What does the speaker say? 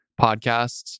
podcasts